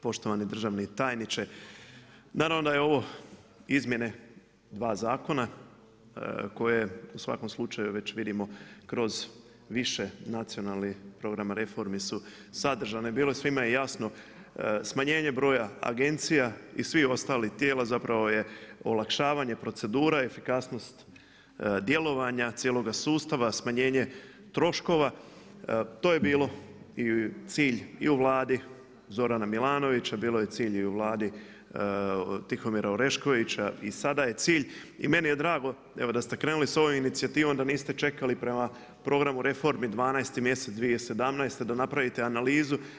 Poštovani državni tajniče, naravno da je ovo, izmjene dva zakona, koje u svakom slučaju već vidimo kroz više nacionalni programa reforma su sadržane bile, i svima je jasno smanjenje broja agencija i svih ostalih tijela, zapravo je olakšavanje, procedure, efikasnost djelovanja cijeloga sustava, smanjenje troškova, to je bilo i cilj i u Vladi Zorana Milanovića, bilo je cilj i u Vladi Tihomira Oreškovića i sada je cilj i meni je drago evo da ste krenuli s ovom inicijativom, da niste čekali prema programu reformu 12 mjesec 2017. da napravite analizu.